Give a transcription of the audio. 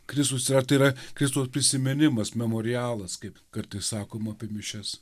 kristus yra ar tai yra kristaus prisiminimas memorialas kaip kartais sakoma apie mišias